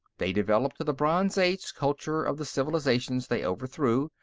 they developed to the bronze-age culture of the civilizations they overthrew,